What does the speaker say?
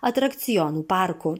atrakcionų parku